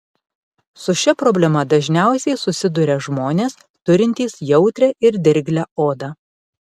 su šia problema dažniausiai susiduria žmonės turintys jautrią ir dirglią odą